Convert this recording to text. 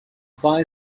buy